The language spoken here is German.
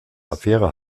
affäre